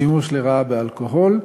השימוש לרעה באלכוהול,